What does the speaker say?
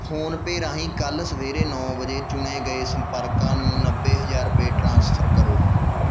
PhonePe ਰਾਹੀਂ ਕੱਲ੍ਹ ਸਵੇਰੇ ਨੌ ਵਜੇ ਚੁਣੇ ਗਏ ਸੰਪਰਕਾਂ ਨੂੰ ਨੱਬੇ ਹਜ਼ਾਰ ਰੁਪਏ ਟ੍ਰਾਂਸਫਰ ਕਰੋ